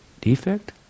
defect